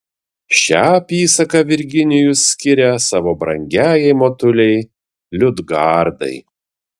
šią apysaką virginijus skiria savo brangiajai motulei liudgardai